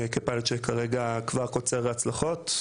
כפיילוט שכבר קוצר הצלחות,